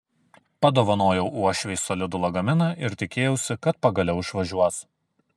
padovanojau uošvei solidų lagaminą ir tikėjausi kad pagaliau išvažiuos